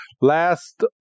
Last